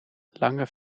lange